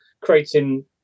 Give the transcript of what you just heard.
creating